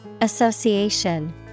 Association